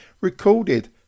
recorded